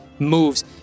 moves